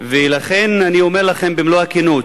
ולכן אני אומר לכם במלוא הכנות,